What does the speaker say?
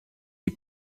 die